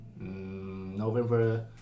November